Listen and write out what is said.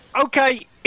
Okay